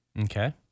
Okay